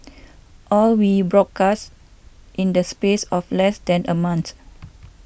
all we broadcast in the space of less than a month